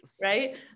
right